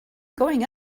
going